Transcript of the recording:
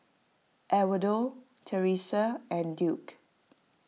Edwardo Teressa and Duke